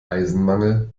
eisenmangel